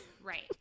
Right